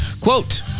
Quote